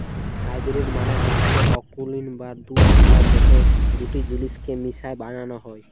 hybrid মালে হচ্যে অকুলীন বা দুআঁশলা যেট দুট জিলিসকে মিশাই বালালো হ্যয়